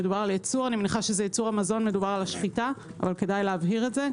אני מניחה שזה ייצור המזון - מדובר על השחיטה אבל כדאי להבהיר את זה,